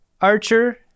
Archer